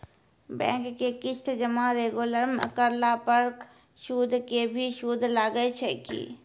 Bank के किस्त जमा रेगुलर नै करला पर सुद के भी सुद लागै छै कि?